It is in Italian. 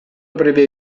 breve